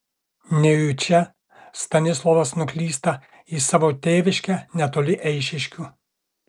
nejučia stanislovas nuklysta į savo tėviškę netoli eišiškių